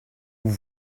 vous